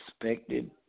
expected